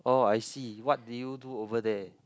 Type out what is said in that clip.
oh I see what do you do over there